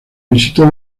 visitó